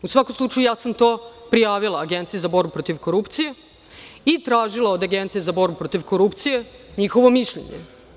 U svakom slučaju, ja sam to prijavila Agenciji za borbu protiv korupcije i tražila od Agencije za borbu protiv korupcije njihovo mišljenje.